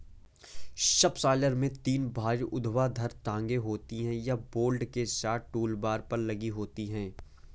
subsoiler में तीन भारी ऊर्ध्वाधर टांगें होती हैं, यह बोल्ट के साथ टूलबार पर लगी होती हैं